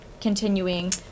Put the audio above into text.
continuing